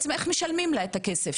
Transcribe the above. בעצם איך משלמים לה את הכסף?